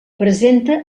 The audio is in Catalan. presenta